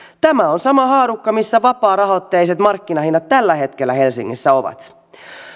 tämä on sama haarukka missä vapaarahoitteiset markkinahinnat tällä hetkellä helsingissä ovat